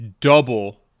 double